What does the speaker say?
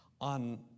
on